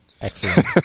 Excellent